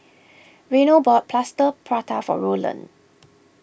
Reynold bought Plaster Prata for Rolland